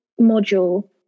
module